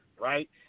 right